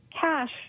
cash